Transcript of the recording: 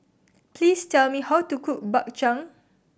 please tell me how to cook Bak Chang